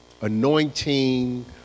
anointing